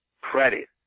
Credit